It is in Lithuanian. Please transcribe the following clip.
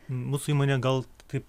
mūsų įmonė gal taip